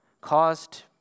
caused